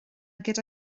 gyda